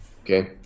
Okay